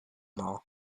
mall